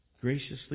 Graciously